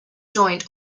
joint